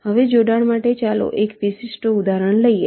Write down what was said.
હવે જોડાણ માટે ચાલો એક વિશિષ્ટ ઉદાહરણ લઈએ